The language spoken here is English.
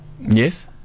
Yes